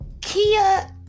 Kia